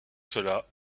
cela